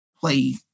play